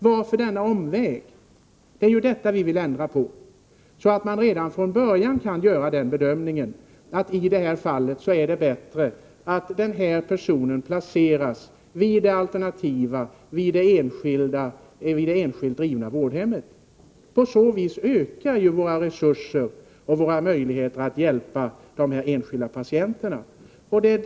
Varför denna omväg? Det är detta vi vill ändra på, så att man redan från början kan göra bedömningen att det är bättre för en viss person att han placeras på ett alternativt eller på ett enskilt drivet vårdhem. På så vis ökar ju våra resurser och möjligheter att hjälpa de enskilda patienterna.